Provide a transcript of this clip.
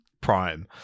prime